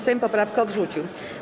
Sejm poprawkę odrzucił.